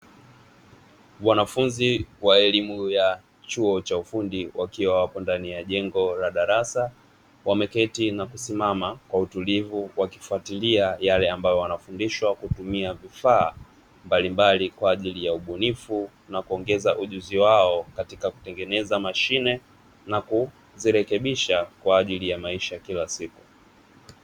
Wanafunzi wa elimu ya chuo cha ufundi wakiwa wapo ndani ya jengo la darasa wameketi na kusimama kwa utulivu, wakifatilia yale ambayo wanafundishwa kutumia vifaa mbalimbali kwa ajili ya ubunifu na kuongeza ujuzi wao katika kutengeneza mashine na kuzirekebisha kwa ajili ya maisha ya kila siku.